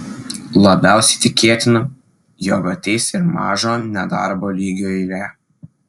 labiausiai tikėtina jog ateis ir mažo nedarbo lygio eilė